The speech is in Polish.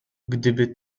gdyby